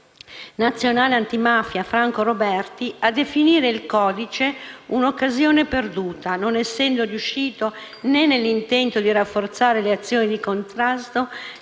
nazionale antimafia, Franco Roberti, a definire il codice una occasione perduta, non essendo riuscito né nell'intento di rafforzare le azioni di contrasto,